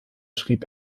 schrieb